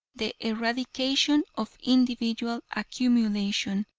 the eradication of individual accumulation.